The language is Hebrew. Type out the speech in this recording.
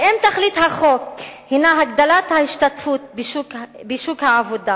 אם תכלית החוק היא הגדלת ההשתתפות בשוק העבודה,